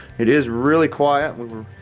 it is really quiet, we were